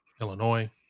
Illinois